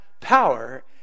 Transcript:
power